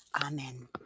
Amen